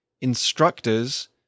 instructors